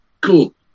Cool